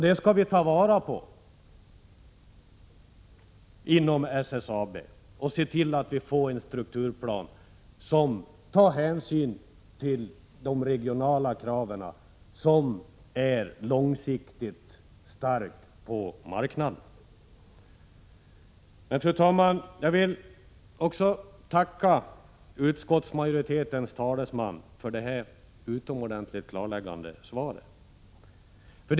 Det skall vi ta vara på inom SSAB och se till, att vi får en strukturplan som tar hänsyn till de regionala kraven på långsiktig styrka på marknaden. Jag vill också tacka utskottsmajoritetens talesman för det utomordentligt klarläggande svaret.